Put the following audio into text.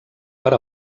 per